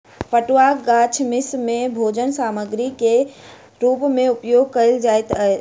पटुआक गाछ मिस्र में भोजन सामग्री के रूप में उपयोग कयल जाइत छल